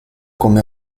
come